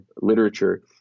literature